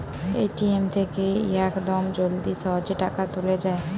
ATM থেকে ইয়াকদম জলদি সহজে টাকা তুলে যায়